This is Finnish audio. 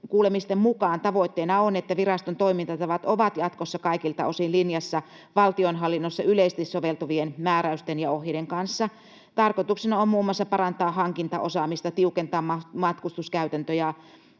mukaan tavoitteena on, että viraston toimintatavat ovat jatkossa kaikilta osin linjassa valtionhallinnossa yleisesti soveltuvien määräysten ja ohjeiden kanssa. Tarkoituksena on muun muassa parantaa hankintaosaamista, tiukentaa matkustuskäytäntöjä,